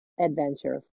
adventure